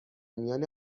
میان